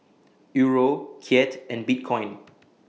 Euro Kyat and Bitcoin